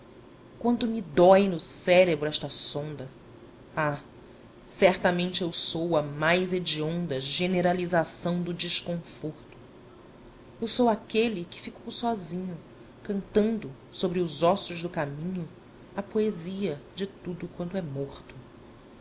quanto me dói no cérebro esta sonda ah certamente eu sou a mais hedionda generalização do desconforto eu sou aquele que ficou sozinho cantando sobre os ossos do caminho a poesia de tudo quanto é morto